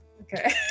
Okay